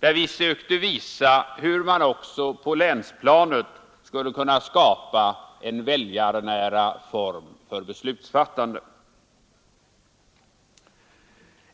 där vi sökte visa hur man också på länsplanet skulle kunna skapa en väljarnära form för beslutsfattande.